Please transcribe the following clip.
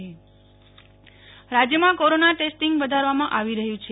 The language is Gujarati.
નેહલ ઠક્કર રાજ્ય કોરોના રાજ્યમાં કોરોના ટેસટિંગ વધારવામાં આવી રહ્યું છે